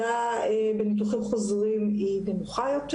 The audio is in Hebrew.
בניתוחים חוזרים הירידה היא נמוכה יותר.